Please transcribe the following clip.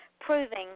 proving